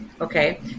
okay